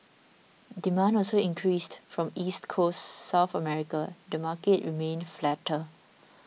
demand also increased from East Coast South America the market remained flatter